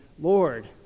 Lord